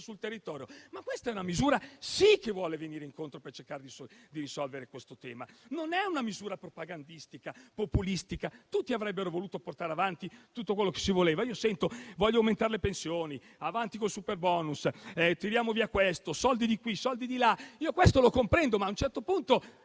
sul territorio. Questa è, sì, una misura che vuole venire incontro per cercare di risolvere il tema. Non è una misura propagandistica o populistica. Tutti avrebbero voluto portare avanti tutto quello che si voleva. Sento dire che si vogliono aumentare le pensioni, avanti col superbonus, tiriamo via questo, soldi di qui, soldi di là. Questo lo comprendo, ma, a un certo punto,